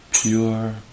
Pure